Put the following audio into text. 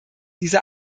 diese